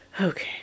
Okay